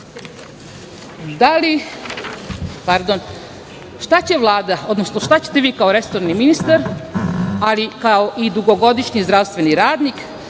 sugrađanki. Šta će Vlada, odnosno šta ćete vi kao resorni ministar, ali i kao dugogodišnji zdravstveni radnik